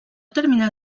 terminar